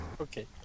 Okay